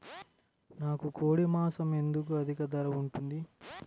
నాకు కోడి మాసం ఎందుకు అధిక ధర ఉంటుంది?